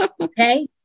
Okay